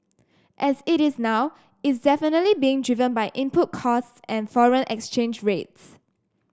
as it is now is definitely being driven by input costs and foreign exchange rates